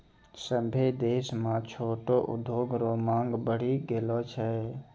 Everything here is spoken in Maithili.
सभ्भे देश म छोटो उद्योग रो मांग बड्डी बढ़ी गेलो छै